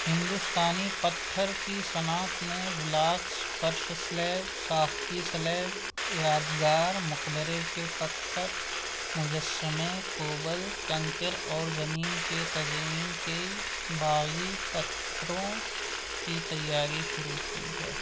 ہندوستانی پتھر کی صنعت نے بلاکس فرش سلیب ساختی سلیب یادگار مقبرے کے پتھر مجسمے کوبل کنکر اور زمین کے تزئین کی باغی پتھروں کی تیاری شروع کی ہے